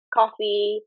coffee